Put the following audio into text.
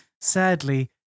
sadly